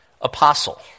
Apostle